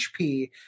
HP